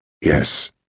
Yes